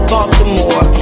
Baltimore